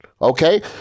Okay